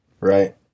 Right